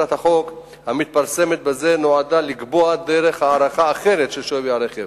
הצעת החוק המתפרסמת בזה נועדה לקבוע דרך הערכה אחרת של שווי הרכב: